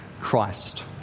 Christ